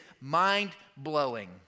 mind-blowing